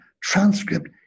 transcript